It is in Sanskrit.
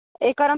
एकवारं